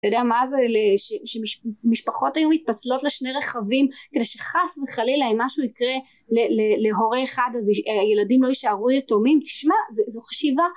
יודע מה זה, שמשפחות היו מתפצלות לשני רכבים כדי שחס וחלילה אם משהו יקרה להורה אחד אז הילדים לא יישארו יתומים תשמע זו חשיבה